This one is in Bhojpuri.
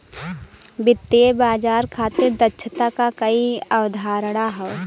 वित्तीय बाजार खातिर दक्षता क कई अवधारणा हौ